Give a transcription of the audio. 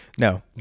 No